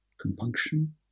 compunction